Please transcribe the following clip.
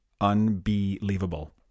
Unbelievable